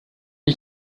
ich